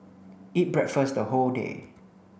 eat breakfast the whole day